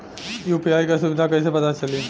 UPI क सुविधा कैसे पता चली?